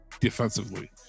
defensively